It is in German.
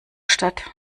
statt